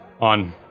on